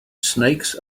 snakes